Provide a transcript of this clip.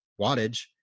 wattage